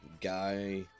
guy